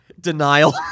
Denial